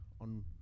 on